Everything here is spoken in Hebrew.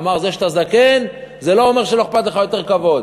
אמר: זה שאתה זקן זה לא אומר שלא אכפת לך יותר כבוד.